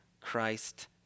Christ